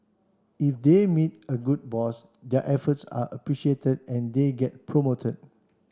if they meet a good boss their efforts are appreciated and they get promoted